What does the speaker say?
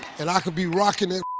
and i could be rocking it